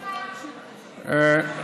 סליחה,